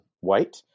white